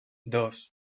dos